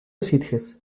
sitges